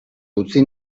utzi